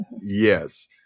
Yes